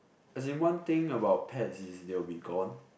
as in one thing about pets is they will be gone